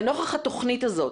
לנוכח התכנית הזאת,